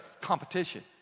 competition